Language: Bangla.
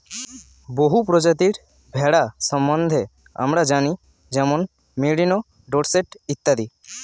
বহু প্রজাতির ভেড়া সম্বন্ধে আমরা জানি যেমন মেরিনো, ডোরসেট ইত্যাদি